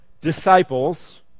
disciples